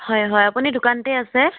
হয় হয় আপুনি দোকানতে আছে